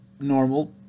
normal